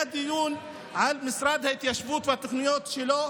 היה דיון על משרד ההתיישבות והתוכניות שלו.